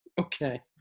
Okay